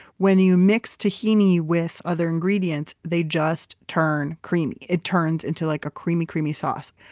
when you mix tahini with other ingredients, they just turn creamy. it turns into like a creamy creamy sauce.